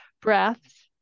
breaths